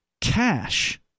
cash